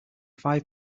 five